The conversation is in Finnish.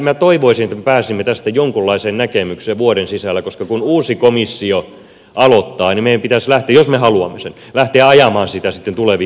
minä toivoisin että me pääsisimme tästä jonkunlaiseen näkemykseen vuoden sisällä koska kun uusi komissio aloittaa niin meidän pitäisi lähteä jos me haluamme sen ajamaan sitä sitten tuleviin investointihankkeisiin